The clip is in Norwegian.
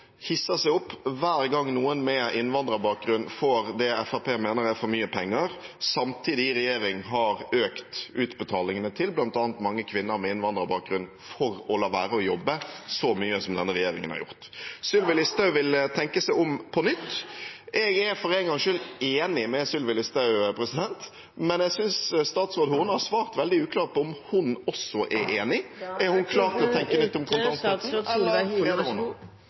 hisser seg opp hver gang noen med innvandrerbakgrunn får det Fremskrittspartiet mener er for mye penger, samtidig, i regjering, har økt utbetalingene så mye som denne regjeringen har gjort til bl.a. mange kvinner med innvandrerbakgrunn for å la være å jobbe. Sylvi Listhaug vil tenke seg om på nytt. Jeg er for en gangs skyld enig med Sylvi Listhaug, men jeg synes statsråden nå har svart veldig uklart på om hun også er enig. Er hun klar til å tenke nytt om